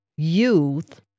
youth